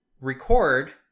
record